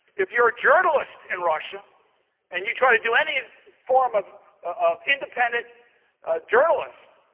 if you're a journalist in russia and you try to do any form of of independent journalist,